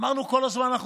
אמרנו, כל הזמן אנחנו